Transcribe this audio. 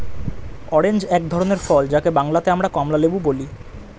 orange এক ধরনের ফল যাকে বাংলাতে আমরা কমলালেবু বলি